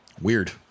Weird